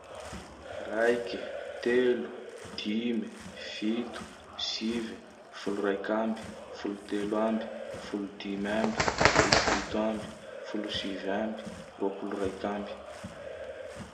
Raike, telo, dime, fito, sive, folo raike ambe, folo telo ambe, folo dimy ambe, folo fito ambe, folo sivy ambe, roapolo raike ambe